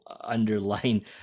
underline